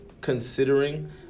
considering